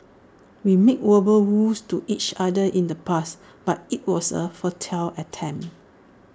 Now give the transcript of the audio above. we made verbal vows to each other in the past but IT was A futile attempt